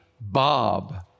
Bob